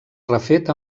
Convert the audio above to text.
refet